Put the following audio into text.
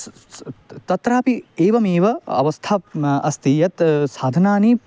तत्रापि एवमेव अवस्था अस्ति यत् साधनानि